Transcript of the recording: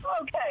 Okay